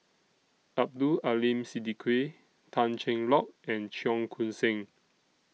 Abdul Aleem Siddique Tan Cheng Lock and Cheong Koon Seng